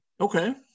Okay